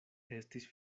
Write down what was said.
estis